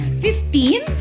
Fifteen